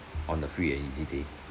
on the free and easy day